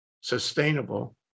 sustainable